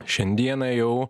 šiandieną jau